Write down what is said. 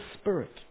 Spirit